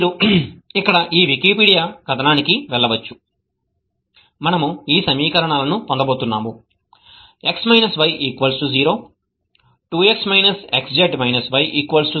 మీరు ఇక్కడ ఈ వికీపీడియా కథనానికి వెళ్ళవచ్చు మనము ఈ సమీకరణాలను పొందబోతున్నాము x - y 0 2x - xz - y 0 xy - 3z 0